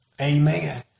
Amen